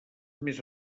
més